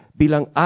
bilang